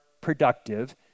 productive